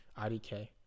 IDK